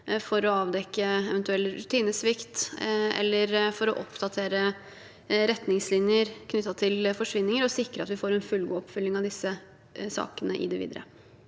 for å avdekke eventuell rutinesvikt, eller for å oppdatere retningslinjer knyttet til forsvinninger og sikre at vi får en fullgod oppfølging av disse sakene i det videre.